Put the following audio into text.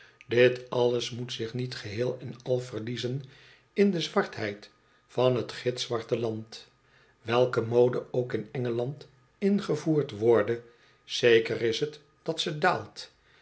dit alles moet zich niet geheel en al verliezen in de zwartheid van t gitzwarte land welke mode ook in engeland ingevoerd worde zeker is t dat ze daalt